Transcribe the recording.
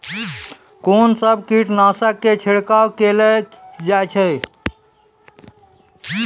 कून सब कीटनासक के छिड़काव केल जाय?